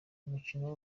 umukino